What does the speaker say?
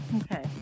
okay